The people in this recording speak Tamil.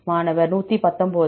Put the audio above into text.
மாணவர் 119